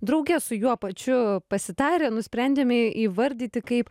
drauge su juo pačiu pasitarę nusprendėme įvardyti kaip